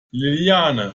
liliane